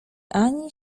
ani